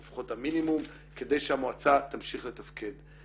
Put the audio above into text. אבל לפחות המינימום כדי שהמועצה תמשיך לתפקד.